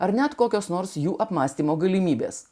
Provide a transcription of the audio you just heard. ar net kokias nors jų apmąstymo galimybes